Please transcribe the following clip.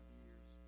years